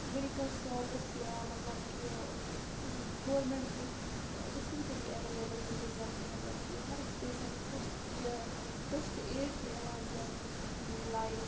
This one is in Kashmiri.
میٚڈِکَل شاپٕس یا مطلب کہِ گورمٮ۪نٛٹ تھرٛوٗ ڈِسپٮ۪نسٔری اٮ۪وٮ۪لیبٕل چھِ ییٚتہِ زَن کہِ مطلب کہِ ہر أکِس پیشَنٹَس فٕسٹ فٔسٹ ایڈ چھِ یِوان دِنہٕ لایِک